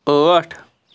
ٲٹھ